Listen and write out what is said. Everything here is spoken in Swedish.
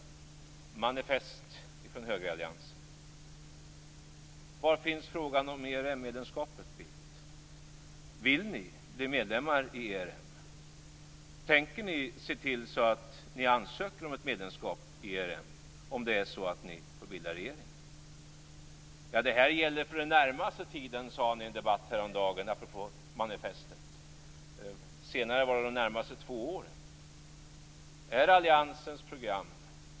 Var finns frågan om ERM-medlemskapet, Bildt? Vill ni bli medlemmar i ERM? Tänker ni se till att ansöka om ett medlemskap i ERM om ni får bilda regering? Det här gäller för den närmaste tiden, sade ni i en debatt häromdagen apropå manifestet. Senare var det de närmaste två åren.